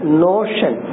notion